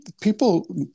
people